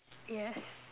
yes